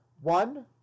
One